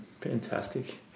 Fantastic